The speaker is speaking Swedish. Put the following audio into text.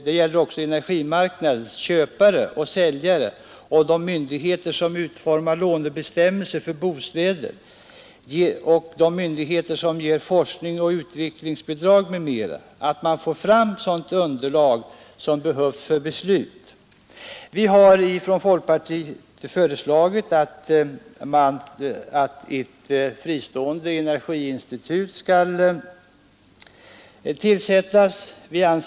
Det gäller energimarknadens köpare och säljare och de myndigheter som utformar lånebestäm melserna för bostäder, de som ger forskningsoch utvecklingsbidrag m, m. Från folkpartiet föreslår vi nu att ett fristående energiinstitut skall inrättas.